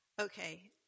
Okay